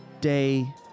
day